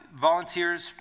volunteers